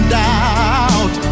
doubt